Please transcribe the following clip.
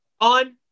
on